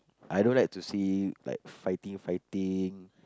I don't like to see like fighting fighting